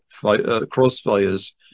crossfires